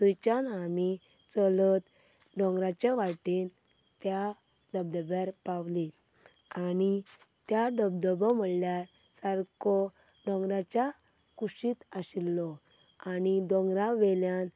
थंयच्यान आमी चलत दोंगराच्या वाटेन त्या धबधब्यार पावलीं आनी त्या धबधबो म्हणल्यार सारको दोंगराच्या कुशींत आशिल्लो आणी दोंगरावयल्यान